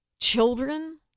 children